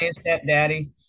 stepdaddy